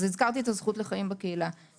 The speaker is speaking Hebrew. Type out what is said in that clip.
הזכרתי את הזכות לחיים בקהילה.